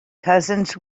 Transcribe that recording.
cousins